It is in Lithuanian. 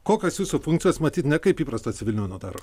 kokios jūsų funkcijos matyt ne kaip įprasto civilinio notaro